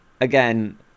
Again